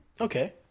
Okay